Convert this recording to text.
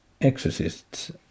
exorcists